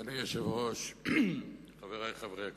אדוני היושב-ראש, חברי חברי הכנסת,